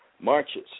marches